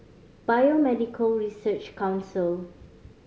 Biomedical Research Council